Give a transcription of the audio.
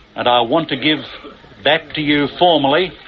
and i want to give back to you formally,